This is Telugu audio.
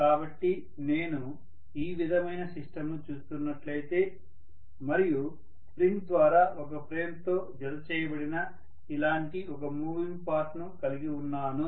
కాబట్టి నేను ఈ విధమైన సిస్టంను చూస్తున్నట్లయితే మరియు స్ప్రింగ్ ద్వారా ఒక ఫ్రేమ్తో జత చేయబడిన ఇలాంటి ఒక మూవింగ్ పార్ట్ ను కలిగి ఉన్నాను